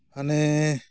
ᱦᱟᱱᱮ